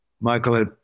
Michael